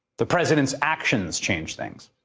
the president's actions changed things.